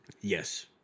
Yes